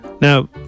Now